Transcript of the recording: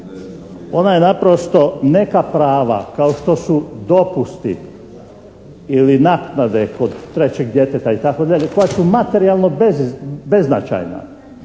Ona je naprosto neka prava kao što su dopusti ili naknade kod trećeg djeteta itd. koja su materijalno beznačajna